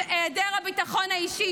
את היעדר הביטחון האישי,